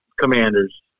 Commanders